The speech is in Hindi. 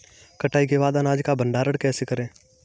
कटाई के बाद अनाज का भंडारण कैसे करें?